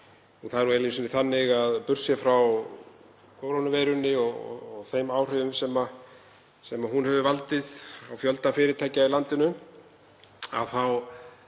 Það er nú einu sinni þannig að burt séð frá kórónuveirunni og þeim áhrifum sem hún hefur haft á fjölda fyrirtækja í landinu